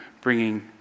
bringing